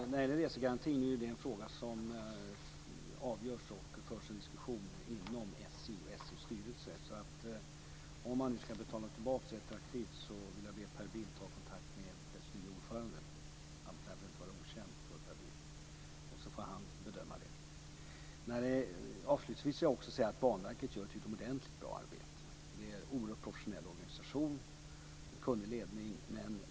Herr talman! Resegarantin är en fråga som diskuteras och avgörs inom SJ:s styrelse. Jag vill be Per Bill att ta kontakt med den nya ordföranden för att bedöma frågan om retroaktiv återbetalning. Han lär väl inte vara okänd för Per Bill. Banverket gör ett utomordentligt bra arbete. Det är en oerhört professionell organisation med en kunnig ledning.